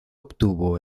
obtuvo